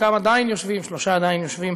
חלקם עדיין יושבים, שלושה עדיין יושבים.